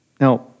Now